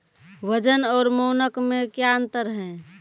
वजन और मानक मे क्या अंतर हैं?